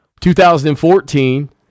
2014